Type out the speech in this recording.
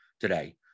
today